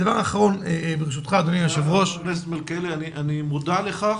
חבר הכנסת מלכיאלי, אני מודע לכך,